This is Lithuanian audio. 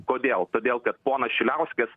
kodėl todėl kad ponas šiliauskas